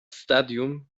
stadium